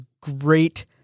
great